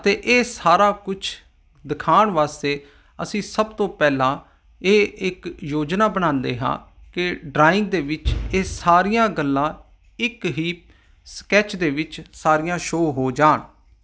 ਅਤੇ ਇਹ ਸਾਰਾ ਕੁਛ ਦਿਖਾਉਣ ਵਾਸਤੇ ਅਸੀਂ ਸਭ ਤੋਂ ਪਹਿਲਾਂ ਇਹ ਇੱਕ ਯੋਜਨਾ ਬਣਾਉਂਦੇ ਹਾਂ ਕਿ ਡਰਾਈੰਗ ਦੇ ਵਿੱਚ ਇਹ ਸਾਰੀਆਂ ਗੱਲਾਂ ਇੱਕ ਹੀ ਸਕੈਚ ਦੇ ਵਿੱਚ ਸਾਰੀਆਂ ਸ਼ੋ ਹੋ ਜਾਣ